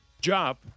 job